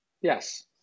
Yes